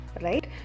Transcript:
right